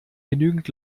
genügend